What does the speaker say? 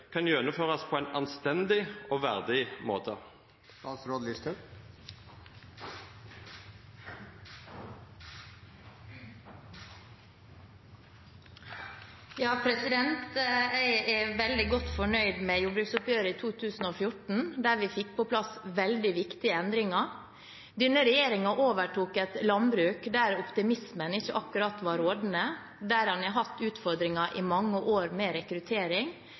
kan gjennomføres på en anstendig og verdig måte? Jeg er veldig godt fornøyd med jordbruksoppgjøret i 2014, der vi fikk på plass veldig viktige endringer. Denne regjeringen overtok et landbruk der optimismen ikke akkurat var rådende, der en har hatt utfordringer med rekruttering i mange år,